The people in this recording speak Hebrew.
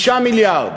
6 מיליארד.